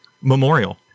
memorial